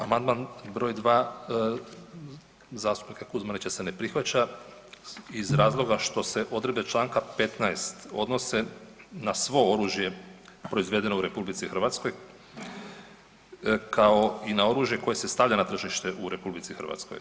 Amandman broj 2 zastupnika Kuzmanića se ne prihvaća iz razloga što se odredbe čl. 15. odnose na svo oružje proizvedeno u RH kao i na oružje koje se stavlja na tržište u RH.